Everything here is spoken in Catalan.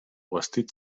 vestit